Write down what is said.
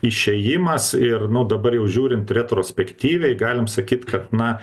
išėjimas ir nu dabar jau žiūrint retrospektyviai galim sakyt kad na